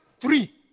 three